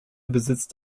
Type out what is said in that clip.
besitzt